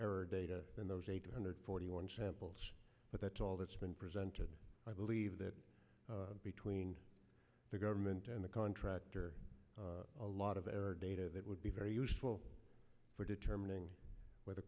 error data than those eight hundred forty one samples but that's all that's been presented i believe that between the government and the contractor a lot of data that would be very useful for determining whether